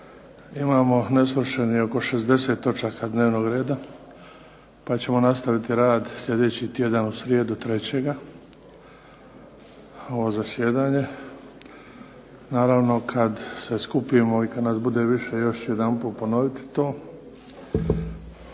ima nesvršenih oko 60 točaka dnevnog reda, pa ćemo nastaviti rad sljedeći tjedan u srijedu 3. ovo zasjedanje. Naravno kad se skupimo i kad nas bude više još ću jedanput ponoviti to.